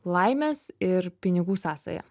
laimės ir pinigų sąsaja